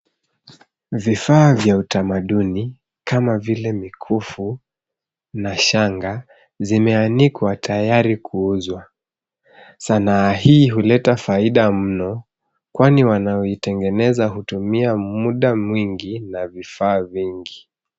Vifaa vya utamaduni kama vile mikufu na shanga zimeanikwa tayari kuuzwa. Sanaa hii huleta faida mno kwani wanayointengeneza hutumia muda mwingi na vifaa vingi.